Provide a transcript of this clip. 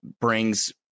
brings